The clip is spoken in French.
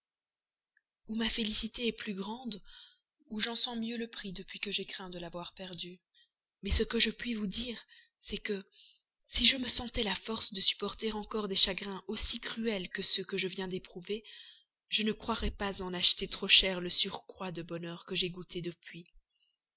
ou ma félicité est en effet plus grande ou j'en sens mieux le prix depuis que j'ai craint de l'avoir perdue mais ce que je puis vous dire c'est que si je me sentais la force de supporter encore des chagrins aussi cruels que ceux que je viens d'éprouver je ne croirais pas en acheter trop cher le surcroît de bonheur que j'ai goûté depuis